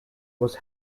was